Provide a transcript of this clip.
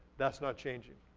that's not changing.